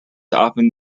often